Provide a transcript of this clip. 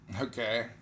Okay